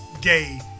gay